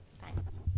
Thanks